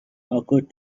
occurred